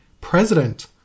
president